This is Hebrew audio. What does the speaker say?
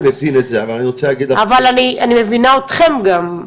אבל אני מבינה אותכם גם.